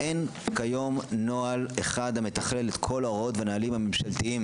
אין כיום נוהל אחד המתכלל את כל ההוראות והנהלים הממשלתיים